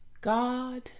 God